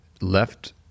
left